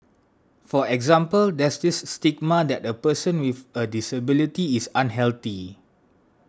for example there's this stigma that a person with a disability is unhealthy